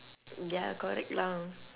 mm ya correct lah